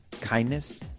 kindness